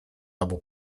albo